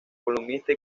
columnista